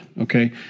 okay